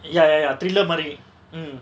ya ya ya thriller மாரி:mari um